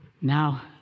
Now